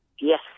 Yes